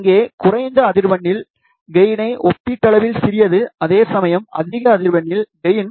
இங்கே குறைந்த அதிர்வெண்ணில் கெயினை ஒப்பீட்டளவில் சிறியது அதேசமயம் அதிக அதிர்வெண்ணில் கெயின்